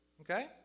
okay